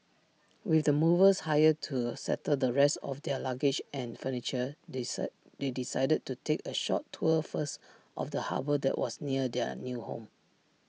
with the movers hired to settle the rest of their luggage and furniture they said they decided to take A short tour first of the harbour that was near their new home